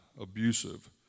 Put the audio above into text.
abusive